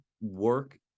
work